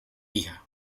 hija